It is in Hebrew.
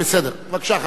בבקשה, חבר הכנסת ברכה.